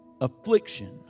affliction